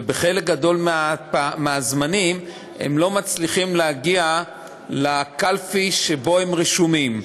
בחלק גדול מהזמנים הם לא מצליחים להגיע לקלפי שבה הם רשומים,